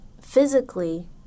physically